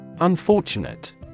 Unfortunate